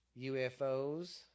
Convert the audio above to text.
UFOs